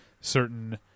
certain